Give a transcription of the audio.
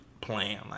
plan